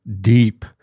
deep